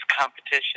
competition